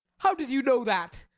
how did you know that?